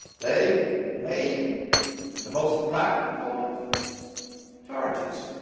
they made the most practical of charges.